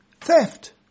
theft